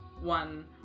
one